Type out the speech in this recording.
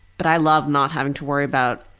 but i love not having to worry about,